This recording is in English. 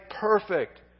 perfect